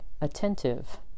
attentive